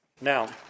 Now